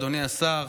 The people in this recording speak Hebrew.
אדוני השר,